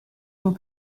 will